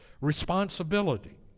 responsibility